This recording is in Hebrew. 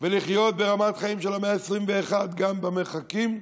ולחיות ברמת חיים של המאה ה-21 גם במרחקים,